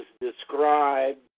described